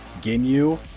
Ginyu